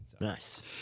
Nice